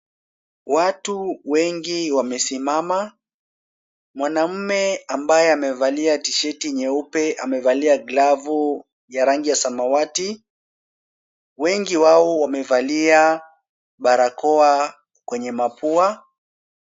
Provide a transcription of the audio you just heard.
Watu wengi wamesimama. Mwanamume ambaye amevalia tisheti nyeupe amevalia glavu ya rangi ya samawati. Wengi wao wamevalia barakoa kwenye mapua.